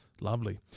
Lovely